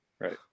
right